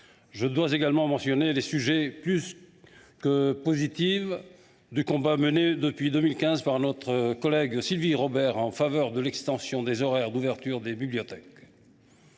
Je dois également mentionner les suites plus que positives du combat mené depuis 2015 par notre collègue Sylvie Robert en faveur de l’extension des horaires d’ouverture des bibliothèques.